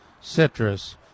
citrus